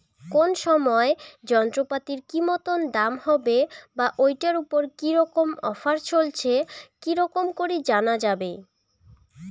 কোন সময় যন্ত্রপাতির কি মতন দাম হবে বা ঐটার উপর কি রকম অফার চলছে কি রকম করি জানা যাবে?